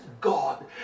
God